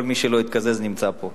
כל מי שלא התקזז נמצא פה.